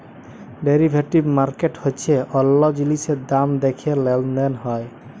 derivative market হচ্যে অল্য জিলিসের দাম দ্যাখে লেলদেল হয়